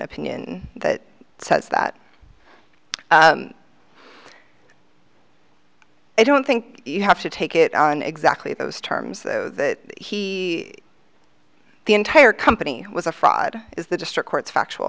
opinion that says that i don't think you have to take it on exactly those terms though that he the entire company was a fraud is the district court's factual